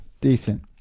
decent